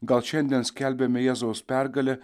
gal šiandien skelbiame jėzaus pergalę